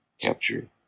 capture